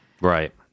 Right